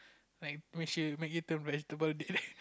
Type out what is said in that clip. like makes you make you turn vegetable